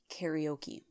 karaoke